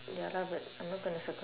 ya lah but I'm not gonna circle